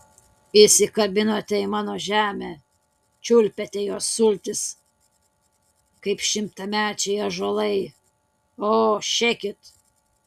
įsikabinote į mano žemę čiulpėte jos sultis kaip šimtamečiai ąžuolai o šekit